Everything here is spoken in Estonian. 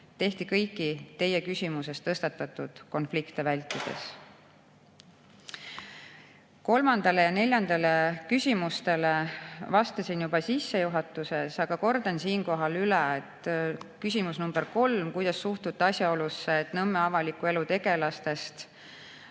tehti kõiki teie küsimuses tõstatatud konflikte vältides. Kolmandale ja neljandale küsimusele vastasin juba sissejuhatuses, aga kordan siinkohal üle. Küsimus nr 3: "Kuidas suhtute asjaolusse, et Nõmme avaliku elu tegelastest